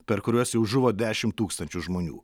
per kuriuos jau žuvo dešimt tūkstančių žmonių